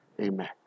Amen